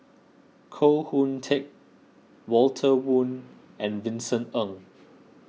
Koh Hoon Teck Walter Woon and Vincent Ng